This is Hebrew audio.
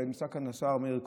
ונמצא כאן השר מאיר כהן,